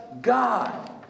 God